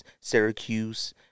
Syracuse